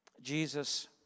Jesus